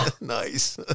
nice